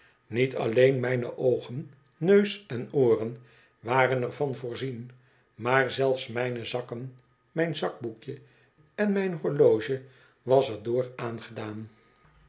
niet alleen mijne oogen neus en ooren waren er van voorzien maar zelfs mijne zakken mijn zakboekje en mijn horloge was er door aangedaan